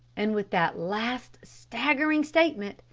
and with that last staggering statement,